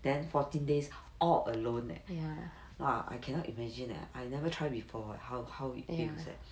then fourteen days all alone leh !wah! I cannot imagine leh I never try before how how you say